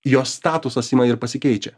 jos statusas ima ir pasikeičia